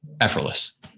effortless